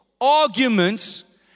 arguments